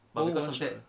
oh one shot ah